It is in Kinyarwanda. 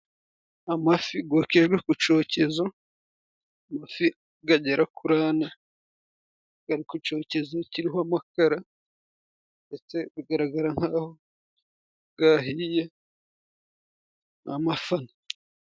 Amafi yokejwe ku cyokezo, amafi agera kuri ane, ari ku cyokezo kiriho amakara, ndetse bigaragara nk'aho yahiye. Amafi.....